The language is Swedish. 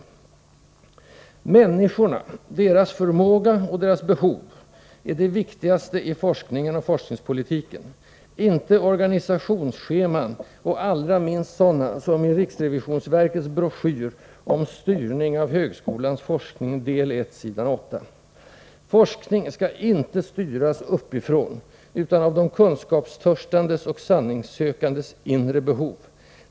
Torsdagen den Människorna — deras förmåga och deras behov — är det viktigaste i 7 juni 1984 forskningen och forskningspolitiken, inte organisationsscheman, allra minst sådana som i riksrevisionsverkets broschyr ”Styrning av högskolans forskning”, del 1 s. 8. Forskningen skall inte styras uppifrån utan av de kunskäpstörstandes och sanningssökandes inre behov.